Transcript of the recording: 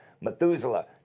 Methuselah